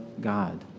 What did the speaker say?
God